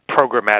programmatic